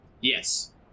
Yes